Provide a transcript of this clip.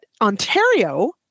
Ontario